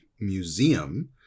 museum